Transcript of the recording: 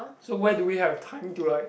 so where do we have time to like